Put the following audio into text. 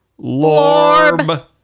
LORB